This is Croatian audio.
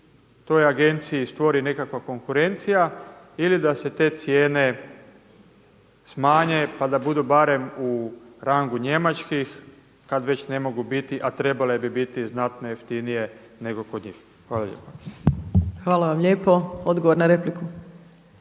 toj agenciji stvori nekakva konkurencija ili da se te cijene smanje pa da budu barem u rangu njemačkih kada već ne mogu biti a trebale bi biti znatno jeftinije nego kod njih. Hvala lijepa. **Opačić,